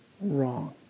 wrong